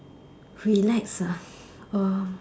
relax ah uh